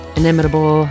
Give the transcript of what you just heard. inimitable